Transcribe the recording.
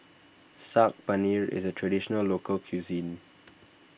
Saag Paneer is a Traditional Local Cuisine